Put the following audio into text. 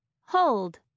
hold